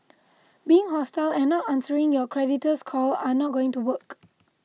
being hostile and not answering your creditor's call are not going to work